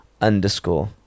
underscore